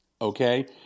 Okay